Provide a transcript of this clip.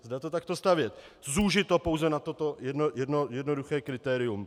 Zda to takto stavět, zúžit to pouze na toto jedno jednoduché kritérium.